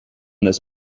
this